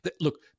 Look